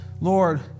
Lord